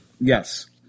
Yes